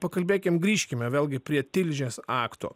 pakalbėkim grįžkime vėlgi prie tilžės akto